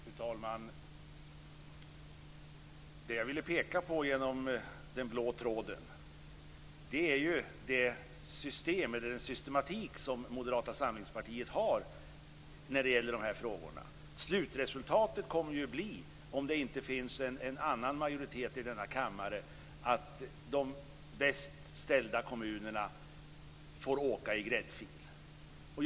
Fru talman! Det som jag ville peka på med "den blå tråden" är den systematik som Moderata samlingspartiet har i dessa frågor. Slutresultatet kommer ju, om det inte finns en annan majoritet i denna kammare, att bli att de bäst ställda kommunerna får åka i gräddfil.